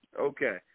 Okay